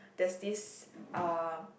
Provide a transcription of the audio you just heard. there's this uh